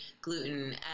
gluten